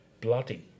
bloody